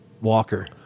walker